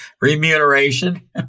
remuneration